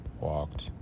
walked